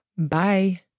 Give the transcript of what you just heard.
Bye